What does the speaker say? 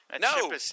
No